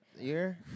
year